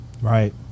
Right